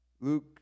Luke